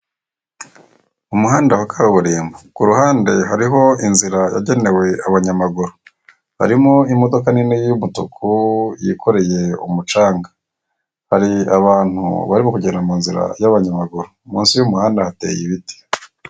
Umuhanda wa kaburimbo ku ruhande hariho inzira yagenewe abanyamaguru harimo imodoka nini y'umutuku yikoreye umucanga, hari abantu barimo kugenda mu nzira y'abanyamaguru, munsi y'umuhanda hateye ibiti.